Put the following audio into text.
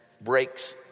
breaks